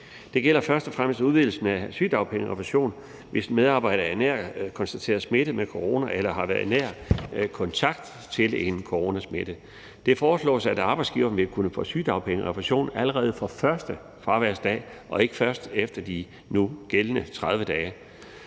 Det gælder først og fremmest udvidelsen af retten til sygedagpenge og refusion, hvis en medarbejder er blevet konstateret smittet med corona eller har været nær kontakt til en coronasmittet. Det foreslås, at arbejdsgiveren vil kunne få refusion allerede fra første fraværsdag og ikke først efter de nu gældende 30 dage.